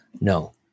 no